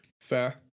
Fair